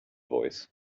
voice